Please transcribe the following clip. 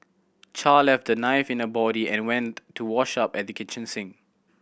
Char left the knife in her body and went to wash up at the kitchen sink